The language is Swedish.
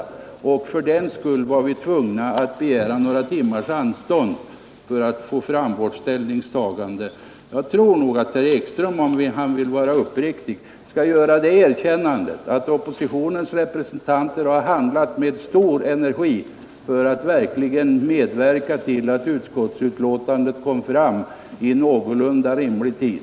Fördenskull var vi tvungna att begära några timmars anstånd med att få fram vårt ställningstagande. Jag tror nog att herr Ekström, om han är uppriktig, skall göra det erkännandet att oppositionens representanter har handlat med stor energi för att verkligen medverka till att utskottsbetänkandet skulle komma fram på någorlunda rimlig tid.